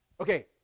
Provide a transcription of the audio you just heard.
okay